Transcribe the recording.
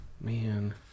Man